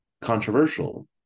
controversial